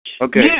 Okay